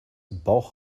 bauch